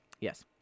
Yes